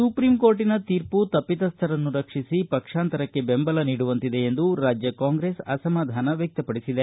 ಸುಪ್ರೀಂಕೋರ್ಟಿನ ತೀರ್ಮ ತಪಿತಸ್ಥರನ್ನು ರಕ್ಷಿಸಿ ಪಕ್ಷಾಂತರಕ್ಕೆ ಬೆಂಬಲ ನೀಡುವಂತಿದೆ ಎಂದು ರಾಜ್ಯ ಕಾಂಗ್ರೆಸ್ ಅಸಮಾಧಾನ ವ್ಯಕ್ತಪಡಿಸಿದೆ